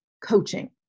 coaching